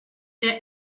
der